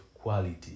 quality